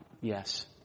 Yes